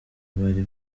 bari